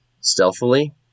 stealthily